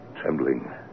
trembling